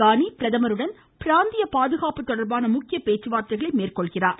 கானி பிரதமருடன் பிராந்திய பாதுகாப்பு தொடர்பான முக்கிய பேச்சுவார்த்தைகளை மேற்கொள்கிறார்